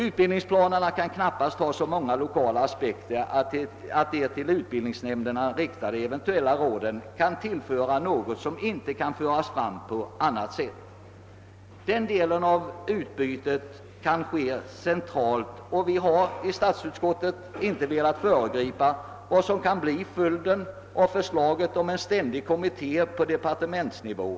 Utbildningsplanerna kan knappast ha så många lokala aspekter att de till utbildningsnämnderna riktade eventuella råden kan tillföra något som inte kan föras fram på annat sätt. Den delen av utbytet kan ske centralt, och vi har i statsutskottet inte velat föregripa vad som kan bli följden av förslaget om en ständig kommitté på departementsnivå.